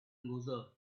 closer